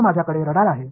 समजा माझ्याकडे रडार आहे